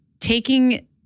taking